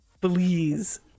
Please